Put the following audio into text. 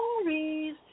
stories